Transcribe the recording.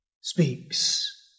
speaks